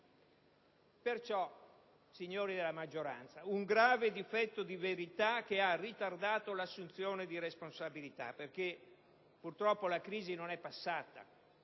Perciò, signori della maggioranza, si riscontra un grave difetto di verità che ha ritardato l'assunzione di responsabilità, perché purtroppo la crisi non è passata.